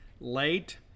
late